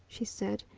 she said.